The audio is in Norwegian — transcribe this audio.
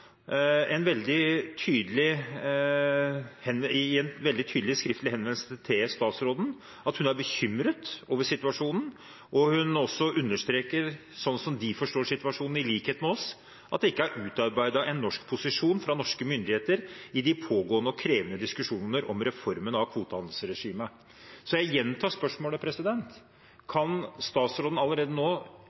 i en veldig tydelig skriftlig henvendelse til statsråden at hun er bekymret over situasjonen, og understreket også at slik de forstår situasjonen – i likhet med oss – er det ikke utarbeidet en norsk posisjon fra norske myndigheter i de pågående og krevende diskusjonene om reformen av kvotehandelsregimet. Jeg gjentar spørsmålet: Kan statsråden allerede nå